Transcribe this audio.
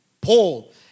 Paul